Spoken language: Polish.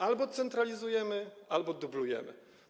Albo centralizujemy, albo dublujemy.